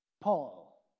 Paul